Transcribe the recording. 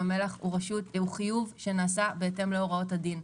המלח הוא חיוב שנעשה בהתאם להוראות הדין.